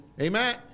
Amen